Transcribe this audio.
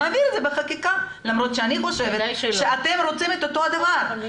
נעביר את זה בחקיקה למרות שאני חושבת שאם רוצים את מה שאנחנו רוצים,